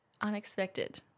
unexpected